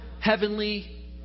Heavenly